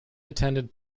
attended